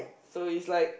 so it's like